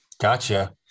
Gotcha